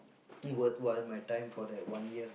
worthwhile my time for that one year